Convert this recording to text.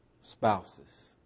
spouses